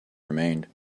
remained